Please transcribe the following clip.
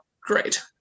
great